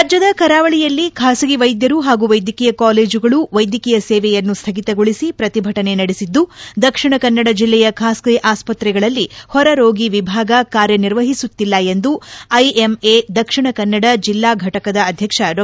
ರಾಜ್ಯದ ಕರಾವಳಿಯಲ್ಲಿ ಖಾಸಗಿ ವೈದ್ವರು ಹಾಗೂ ವೈದ್ಯಕೀಯ ಕಾಲೇಜುಗಳು ವೈದ್ಯಕೀಯ ಸೇವೆಯನ್ನು ಸ್ಥಗಿತಗೊಳಿಸಿ ಪ್ರತಿಭಟನೆ ನಡೆಸಿದ್ದು ದಕ್ಷಿಣ ಕನ್ನಡ ಜಿಲ್ಲೆಯ ಖಾಸಗಿ ಆಸ್ತ್ರೆಗಳಲ್ಲಿ ಹೊರ ರೋಗಿ ವಿಭಾಗ ಕಾರ್ಯ ನಿರ್ವಹಿಸುತಿಲ್ಲ ಎಂದು ಐಎಂಎ ದಕ್ಷಿಣ ಕನ್ನಡ ಜೆಲ್ಲಾ ಘಟಕದ ಅಧ್ಯಕ್ಷ ಡಾ